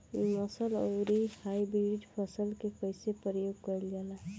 नस्ल आउर हाइब्रिड फसल के कइसे प्रयोग कइल जाला?